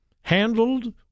handled